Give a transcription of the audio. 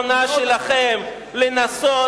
להפוך את קדימה למפלגה שמאלנית,